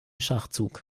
schachzug